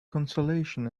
consolation